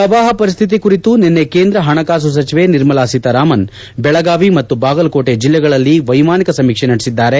ಪ್ರವಾಹ ಪರಿಸ್ಹಿತಿ ಕುರಿತು ನಿನ್ನೆ ಕೇಂದ್ರ ಹಣಕಾಸು ಸಚಿವೆ ನಿರ್ಮಲ ಸೀತಾರಾಮನ್ ಬೆಳಗಾವಿ ಮತ್ತು ಬಾಗಲಕೋಟೆ ಜಿಲ್ಲೆಗಳಲ್ಲಿ ವೈಮಾನಿಕ ಸಮೀಕ್ಷೆ ನಡೆಸಿದ್ದಾರೆ